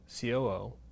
COO